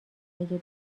اگه